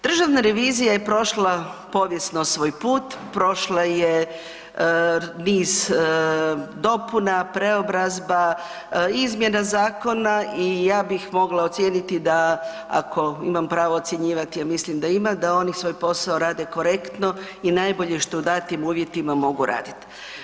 Državna revizija je prošla povijesno svoj put, prošla je niz dopuna, preobrazba, izmjena zakona i ja bih mogla ocijeniti da, ako imamo pravo ocjenjivati, a mislim da ima, da oni svoj posao rade korektno i najbolje što u datim uvjetima mogu raditi.